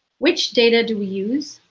which data do we use?